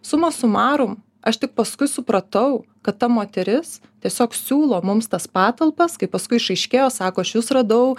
suma sumarum aš tik paskui supratau kad ta moteris tiesiog siūlo mums tas patalpas kai paskui išaiškėjo sako aš jus radau